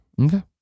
Okay